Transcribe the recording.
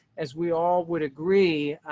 as we all would agree.